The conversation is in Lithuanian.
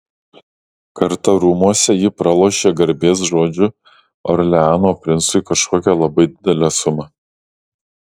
kartą rūmuose ji pralošė garbės žodžiu orleano princui kažkokią labai didelę sumą